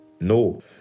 No